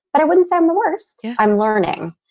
but i wouldn't say i'm the worst. i'm learning.